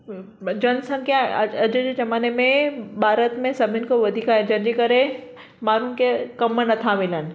जनसंख्या अॼु अॼु जे ज़माने में भारत में सभिनि खां वधीक आहे जंहिंजे करे माण्हुनि खे कम नथा मिलनि